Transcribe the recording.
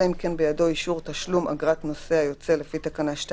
אלא אם כן בידו אישור תשלום אגרת נוסע יוצא לפי תקנה 2